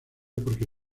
porque